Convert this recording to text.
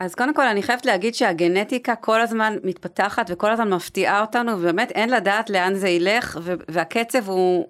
אז קודם כל אני חייבת להגיד שהגנטיקה כל הזמן מתפתחת וכל הזמן מפתיעה אותנו ובאמת אין לדעת לאן זה ילך והקצב הוא..